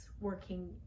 working